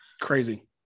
crazy